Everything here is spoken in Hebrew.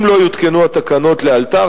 אם לא יותקנו התקנות לאלתר,